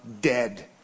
dead